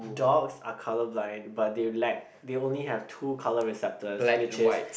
dogs are colourblind but they lack they only have two colour receptors which is